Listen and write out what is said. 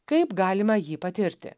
kaip galima jį patirti